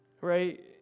Right